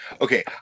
Okay